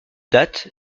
date